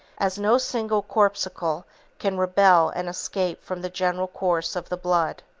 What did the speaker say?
as no single corpuscle can rebel and escape from the general course of the blood.